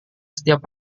setiap